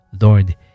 Lord